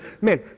man